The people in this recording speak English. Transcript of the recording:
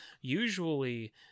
Usually